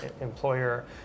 employer